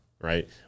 right